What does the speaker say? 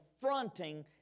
confronting